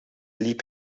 liep